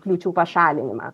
kliūčių pašalinimą